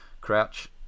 Crouch